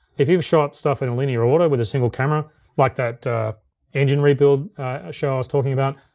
if you have shot stuff in linear order with a single camera like that engine rebuild show i was talking about,